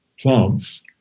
plants